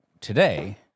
today